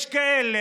יש כאלה,